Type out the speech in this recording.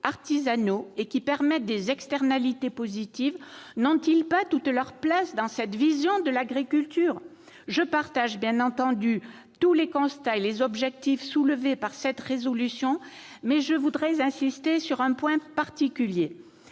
artisanaux et permettent des externalités positives n'ont-ils pas toute leur place dans cette vision de l'agriculture ? Je partage bien entendu tous les constats et les objectifs de cette proposition de résolution, mais je voudrais insister sur un point particulier.